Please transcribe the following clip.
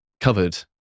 covered